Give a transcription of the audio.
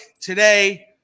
today